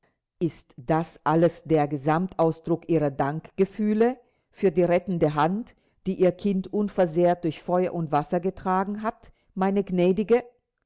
ist das alles der gesamtausdruck ihrer dankgefühle für die rettende hand die ihr kind unversehrt durch feuer und wasser getragen hat meine gnädige